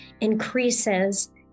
increases